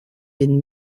den